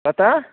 कतए